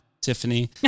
Tiffany